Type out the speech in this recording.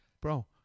Bro